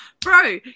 Bro